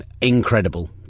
incredible